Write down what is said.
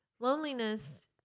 Loneliness